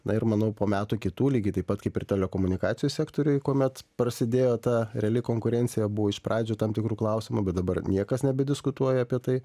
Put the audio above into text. na ir manau po metų kitų lygiai taip pat kaip ir telekomunikacijų sektoriuj kuomet prasidėjo ta reali konkurencija buvo iš pradžių tam tikrų klausimų bet dabar niekas nebediskutuoja apie tai